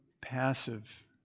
passive